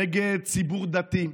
נגד ציבור דתי.